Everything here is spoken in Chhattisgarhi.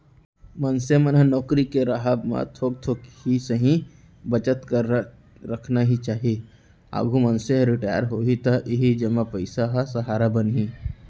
मनसे मन ल नउकरी के राहब म थोक थोक ही सही बचत करत रखना ही चाही, आघु मनसे ह रिटायर होही त इही जमा पइसा ह सहारा बनही